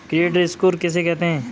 Credit score किसे कहते हैं?